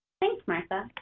thanks, martha.